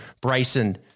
bryson